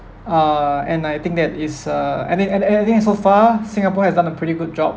uh and I think that is uh and then and then I I I think so far singapore has done a pretty good job